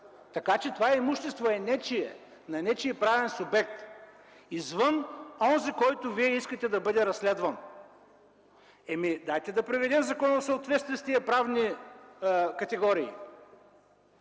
така че това имущество е нечие, на нечий правен субект извън онзи, който Вие искате да бъде разследван. Нека да приведем закона в съответствие с тези правни категории